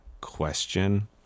question